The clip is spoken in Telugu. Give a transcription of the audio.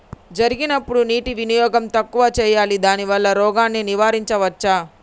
జరిగినప్పుడు నీటి వినియోగం తక్కువ చేయాలి దానివల్ల రోగాన్ని నివారించవచ్చా?